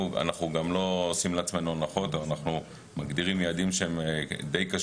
ואנחנו לא ערוכים לתרחיש